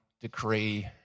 decree